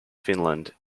finland